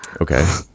Okay